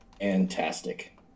Fantastic